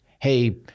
hey